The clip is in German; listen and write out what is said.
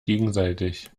gegenseitig